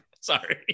sorry